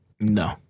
No